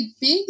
big